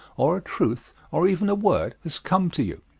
or a truth, or even a word, has come to you.